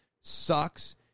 sucks